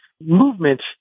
movement